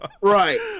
right